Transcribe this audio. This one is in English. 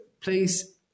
please